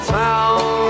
town